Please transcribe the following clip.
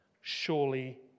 surely